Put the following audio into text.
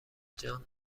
جان